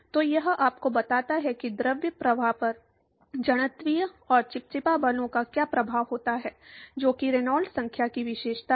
तो यह आपको बताता है कि द्रव प्रवाह पर जड़त्वीय और चिपचिपा बलों का क्या प्रभाव होता है जो कि रेनॉल्ड्स संख्या की विशेषता है